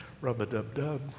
Rub-a-dub-dub